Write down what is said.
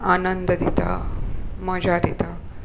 आनंद दिता मजा दिता